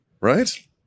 Right